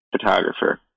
photographer